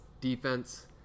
defense